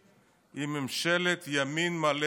היא ממשלת ימין מלא מלא,